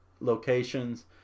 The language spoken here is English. locations